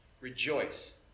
Rejoice